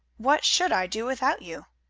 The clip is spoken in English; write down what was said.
what should i do without you?